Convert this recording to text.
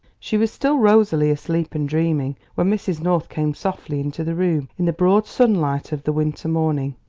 she was still rosily asleep and dreaming when mrs. north came softly into the room in the broad sunlight of the winter morning.